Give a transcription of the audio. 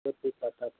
ꯌꯣꯠꯇꯤ Tata company